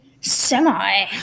semi